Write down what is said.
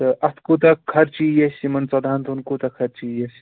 تہٕ اَتھ کوٗتاہ خرچہِ یِیہِ اَسہِ یِمن ژۄدہان دۅہن کوٗتاہ خرچہٕ یی اَسہِ